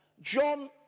John